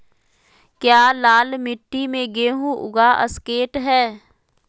क्या लाल मिट्टी में गेंहु उगा स्केट है?